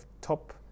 top